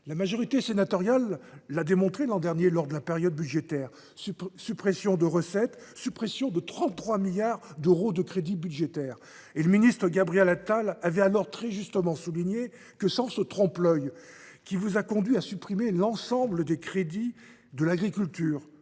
La majorité sénatoriale l’a démontré l’an dernier lors de la période budgétaire en supprimant des recettes ainsi que 33 milliards d’euros de crédits budgétaires. Le ministre Gabriel Attal avait alors très justement souligné que, sans ce trompe l’œil,… Il s’est carapaté !… qui vous a conduit à supprimer l’ensemble des crédits de l’agriculture